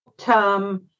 Term